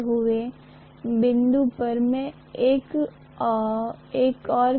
हम यह मान रहे हैं की दोनों सीधे एक दूसरे से संबंधित हैं एक दूसरे के सीधे आनुपातिक हैं